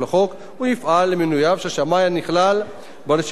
הוא יפעל למינויו של שמאי הנכלל ברשימת השמאים